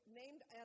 named